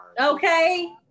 Okay